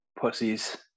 Pussies